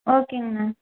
ஓகேங்ண்ணா